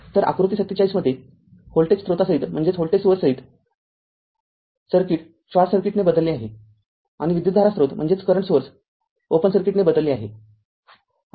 तर आकृती ४७ मध्ये व्होल्टेज स्रोतासहित सर्किट शॉर्ट सर्किटने बदलले आहे आणि विद्युतधारा स्रोत ओपन सर्किटने बदलले आहे